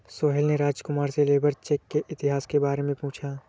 सोहेल ने राजकुमार से labour check के इतिहास के बारे में पूछा